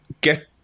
get